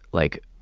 like,